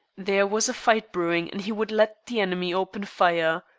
there was a fight brewing, and he would let the enemy open fire.